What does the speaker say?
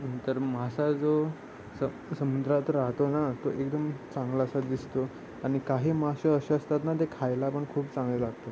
नंतर मासा जो स समुद्रात राहतो ना तो एकदम चांगला असा दिसतो आणि काही मासे असे असतात ना ते खायला पण खूप चांगले लागतं